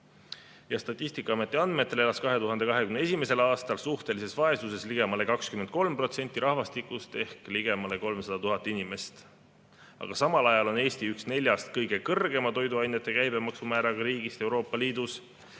osa. Statistikaameti andmetel elas 2021. aastal suhtelises vaesuses ligemale 23% rahvastikust ehk ligemale 300 000 inimest. Aga samal ajal on Eesti üks neljast kõige kõrgema toiduainete käibemaksu määraga riigist Euroopa Liidus.